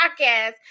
podcast